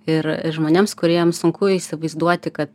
ir žmonėms kuriems sunku įsivaizduoti kad